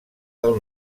del